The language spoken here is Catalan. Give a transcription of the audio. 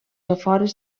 afores